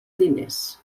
diners